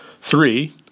three